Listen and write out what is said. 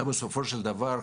בסופו של דבר,